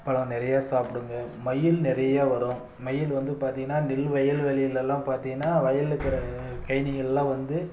பழம் நிறைய சாப்பிடுங்க மயில் நிறையா வரும் மயில் வந்து பார்த்திங்கனா நெல் வயல் வெளியிலல்லாம் பார்த்திங்கனா வயலில் இருக்கிற கழனிகள்லாம் வந்து